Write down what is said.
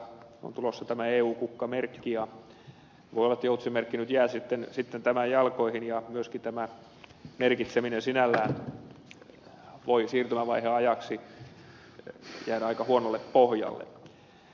on tulossa tämä eun kukkamerkki ja voi olla että joutsenmerkki nyt jää sitten tämän jalkoihin ja myöskin tämä merkitseminen sinällään voi siirtymävaiheen ajaksi jäädä aika huonolle pohjalle